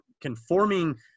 conforming